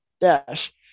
Dash